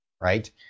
right